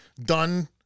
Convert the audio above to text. done